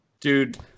Dude